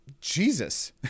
Jesus